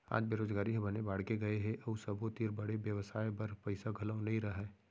आज बेरोजगारी ह बने बाड़गे गए हे अउ सबो तीर बड़े बेवसाय बर पइसा घलौ नइ रहय